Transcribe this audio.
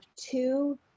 two